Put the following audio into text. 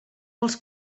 dels